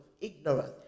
ignorance